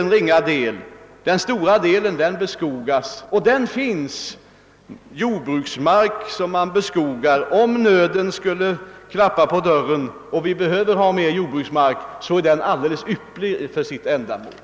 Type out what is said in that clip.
Den stora delen av denna mark beskogas och kan utnyttjas för jordbruksändamål. Om nöden skulle klappa på dörren och vi behöver ha mera jordbruksmark, är sådana områden alldeles ypperliga för detta ändamål.